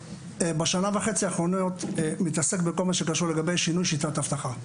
בשנה וחצי האחרונות אני מתעסק בכל מה שקשור לגבי שינוי שיטת האבטחה.